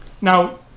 Now